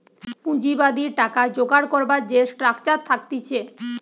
পুঁজিবাদী টাকা জোগাড় করবার যে স্ট্রাকচার থাকতিছে